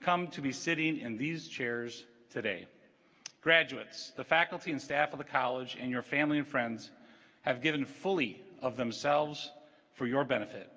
come to be sitting in these chairs today graduates the faculty and staff of the college and your family and friends have given fully of themselves for your benefit